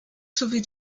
sowie